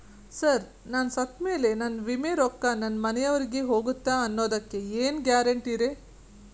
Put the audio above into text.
Sir ನಾನು ಸತ್ತಮೇಲೆ ನನ್ನ ವಿಮೆ ರೊಕ್ಕಾ ನನ್ನ ಮನೆಯವರಿಗಿ ಹೋಗುತ್ತಾ ಅನ್ನೊದಕ್ಕೆ ಏನ್ ಗ್ಯಾರಂಟಿ ರೇ?